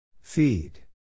Feed